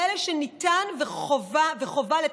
כאלה שניתן וחובה לתקנם.